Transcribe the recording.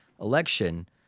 election